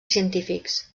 científics